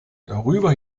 darüber